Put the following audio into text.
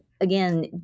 again